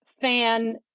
fan